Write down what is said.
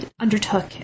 undertook